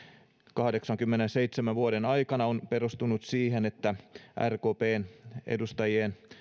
kahdeksankymmenenseitsemän vuoden ajan on perustunut siihen että rkpn edustajien